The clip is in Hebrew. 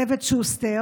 צוות שוסטר,